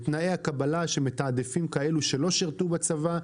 בתנאי הקבלה שמתעדפים כאלה שלא שירתו בצבא,